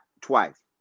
twice